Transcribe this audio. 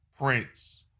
Prince